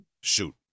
shoot